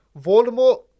Voldemort